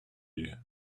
you